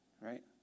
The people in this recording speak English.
right